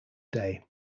day